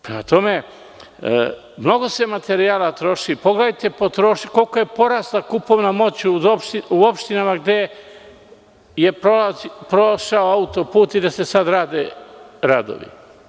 Prema tome, mnogo se materijala troši i pogledajte koliko je porasla kupovna moć u opštinama gde je prošao autoput i gde se sada izvode radovi.